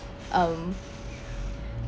um